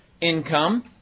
income